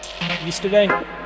yesterday